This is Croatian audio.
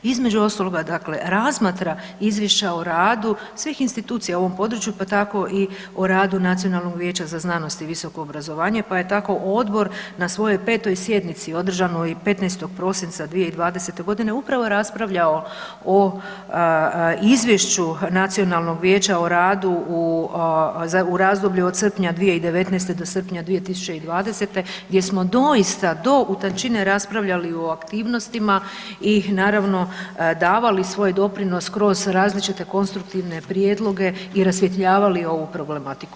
Između ostaloga, dakle razmatra izvješća o radu svih institucija u ovom području, pa tako i o radu Nacionalnog vijeća za znanost i visoko obrazovanje, pa je tako odbor na svojoj 5. sjednici održanoj 15. prosinca 2020.g. upravo raspravljao o izvješću nacionalnog vijeća o radu u razdoblju od srpnja 2019. do srpnja 2020. gdje smo doista do utančine raspravljali o aktivnostima i naravno davali svoj doprinos kroz različite konstruktivne prijedloge i rasvjetljavali ovu problematiku.